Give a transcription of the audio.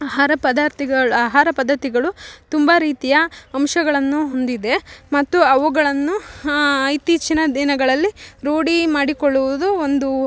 ಆಹಾರ ಪದಾರ್ಥಗಳ್ ಆಹಾರ ಪದ್ದತಿಗಳು ತುಂಬ ರೀತಿಯ ಅಂಶಗಳನ್ನು ಹೊಂದಿದೆ ಮತ್ತು ಅವುಗಳನ್ನು ಇತ್ತೀಚಿನ ದಿನಗಳಲ್ಲಿ ರೂಢಿ ಮಾಡಿಕೊಳ್ಳುವುದು ಒಂದು